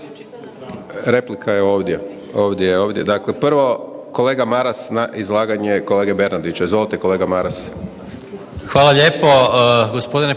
izlaganje kolege Lalovca. Prvo kolega Maras na izlaganje kolege Bernardića. Izvolite kolega Maras.